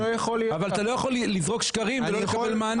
אתה לא יכול לזרוק שקרים ולא לקבל מענה.